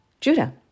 Judah